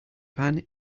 pan